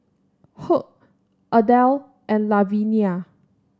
Hugh Adele and Lavinia